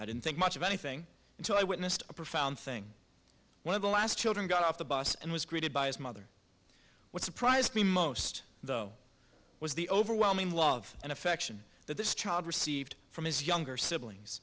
i didn't think much of anything until i witnessed a profound thing one of the last children got off the bus and was greeted by his mother what surprised me most was the overwhelming love and affection that this child received from his younger siblings